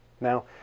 Now